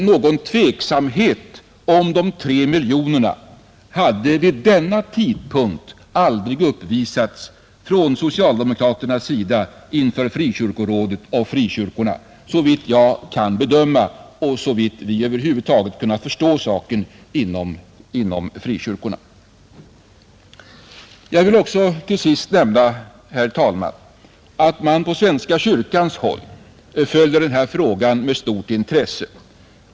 Någon tveksamhet om de 3 miljonerna hade vid denna tidpunkt aldrig uppvisats från socialdemokraternas sida inför Frikyrkorådet och frikyrkorna, såvitt jag kan bedöma och såvitt vi inom frikyrkorna över huvud taget kunnat bedöma saken. Jag vill till sist, herr talman, nämna att man inom svenska kyrkan följer den här frågan med stort intresse.